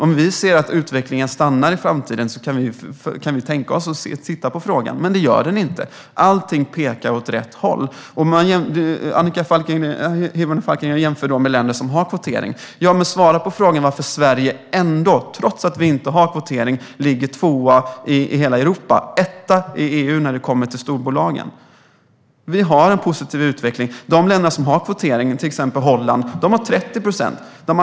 Om vi ser att utvecklingen stannar av i framtiden kan vi tänka oss att titta på frågan, men det gör den inte. Allting pekar åt rätt håll. Annika Hirvonen Falk jämför med de länder som har kvotering. Ja, men svara på frågan varför Sverige ändå, trots att vi inte har kvotering, ligger tvåa i hela Europa och etta i EU när det gäller storbolagen! Vi har en positiv utveckling. De länder som har kvotering, till exempel Nederländerna, har 30 procent.